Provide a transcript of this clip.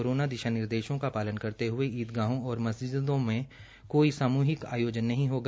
corona दिशा निर्देशों का पालन करते हये ईदगाहों और मजिस्दों में कोई सामूहिक आयोजन नहीं होगा